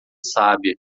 sábia